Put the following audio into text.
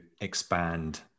expand